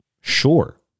Sure